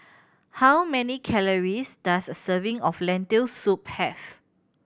how many calories does a serving of Lentil Soup have